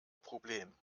problem